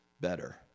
better